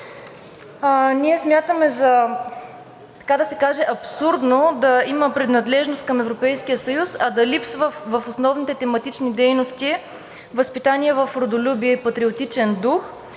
Ние смятаме за абсурдно да има принадлежност към Европейския съюз, а да липсва в основните тематични дейности възпитание в родолюбие и патриотичен дух